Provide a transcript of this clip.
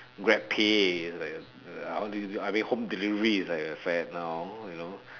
grabpay is like a how do you use it I mean home delivery is like a fad now you know